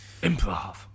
Improv